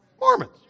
Mormons